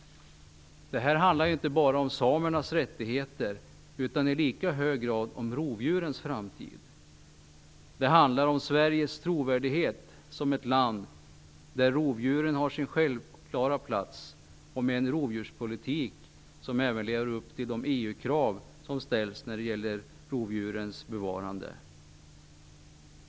Det här handlar inte bara om samernas rättigheter, utan i lika hög grad om rovdjurens framtid. Det handlar om Sveriges trovärdighet som ett land där rovdjuren har sin självklara plats och med en rovdjurspolitik som även lever upp till de EU-krav som ställs när det gäller rovdjurens bevarande.